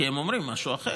כי הם אומרים משהו אחר.